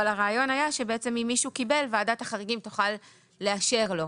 אבל הרעיון היה שאם מישהו קיבל ועדת החריגים תוכל לאשר לו,